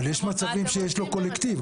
אבל יש מצבים שיש לו קולקטיב.